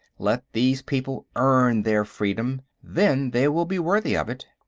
let these people earn their freedom. then they will be worthy of it.